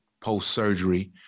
post-surgery